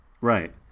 Right